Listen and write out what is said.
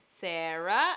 Sarah